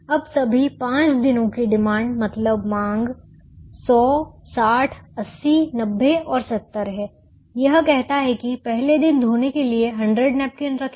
अब सभी 5 दिनों की डिमांड मतलब मांग 100 60 80 90 और 70 है यह कहता हैं कि पहले दिन धोने के लिए 100 नैपकिन रखें